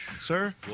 sir